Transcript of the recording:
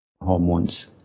hormones